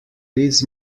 leads